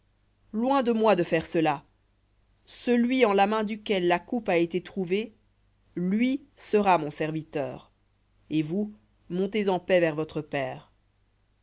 loin de moi de faire cela celui en la main duquel la coupe a été trouvée lui sera mon serviteur et vous montez en paix vers votre père